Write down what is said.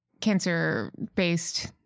cancer-based